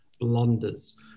blunders